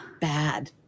bad